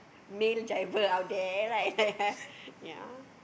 male driver out there right ya